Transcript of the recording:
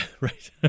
Right